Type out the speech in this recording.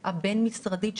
חברות ממשלתיות,